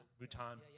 Bhutan